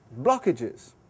blockages